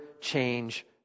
change